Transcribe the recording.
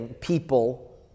people